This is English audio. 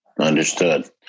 Understood